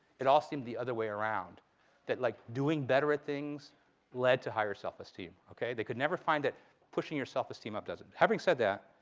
it all seemed the other way around that like doing better at things led to higher self-esteem. they could never find that pushing your self-esteem up doesn't. having said that,